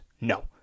No